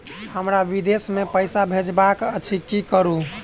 हमरा विदेश मे पैसा भेजबाक अछि की करू?